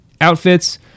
outfits